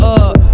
up